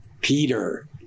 Peter